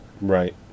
Right